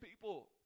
people